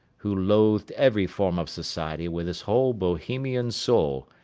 who loathed every form of society with his whole bohemian soul,